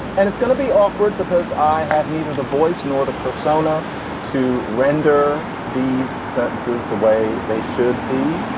and it's gonna be awkward because i have neither the voice nor the persona to render these sentences the way they should be.